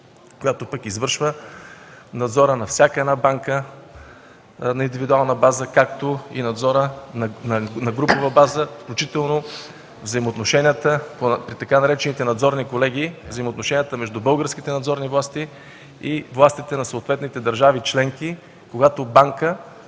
която извършва надзора на всяка банка на индивидуална база, както и надзора на групова база, включително взаимоотношенията по така наречените „надзорни колегии” – взаимоотношенията между българските надзорни власти и властите на съответните държави членки, когато банка